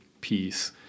piece